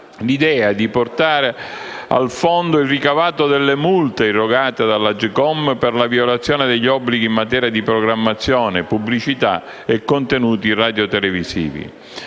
l'idea di portare al Fondo il ricavato delle multe irrogate dall'AGCOM per la violazione degli obblighi in materia di programmazione, pubblicità e contenuti radiotelevisivi.